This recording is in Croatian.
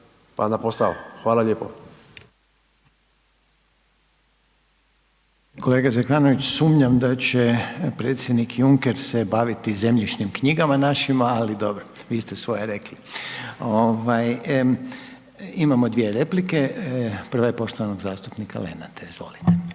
**Radin, Furio (Nezavisni)** Kolega Zekanović sumnjam da će predsjednik Juncker se baviti zemljišnim knjigama našim, ali dobro, vi ste svoje rekli. Ovaj, imamo dvije replike, prva je poštovanog zastupnika Lenarta. Izvolite.